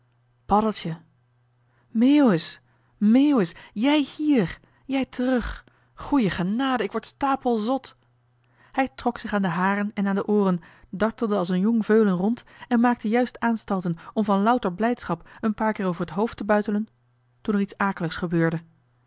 paddeltje meeuwis meeuwis jij hier jij terug goeie genade ik word stapel zot hij trok zich aan de haren en aan de ooren dartelde als een jong veulen rond en maakte juist aanstalten om van louter blijdschap een paar keer over het hoofd te buitelen toen er iets akeligs gebeurde